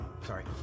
sorry